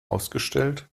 ausgestellt